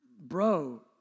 bro